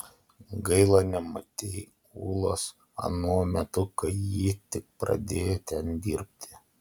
gaila nematei ulos anuo metu kai ji tik pradėjo ten dirbti